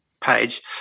page